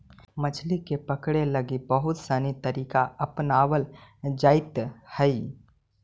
मछली के पकड़े लगी बहुत सनी तरीका अपनावल जाइत हइ